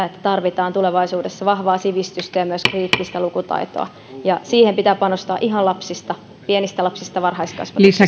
että tarvitaan tulevaisuudessa vahvaa sivistystä ja myös kriittistä lukutaitoa siihen pitää panostaa ihan lapsista pienistä lapsista varhaiskasvatuksesta